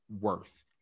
worth